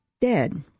Dead